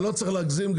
אתה לא צריך להגזים.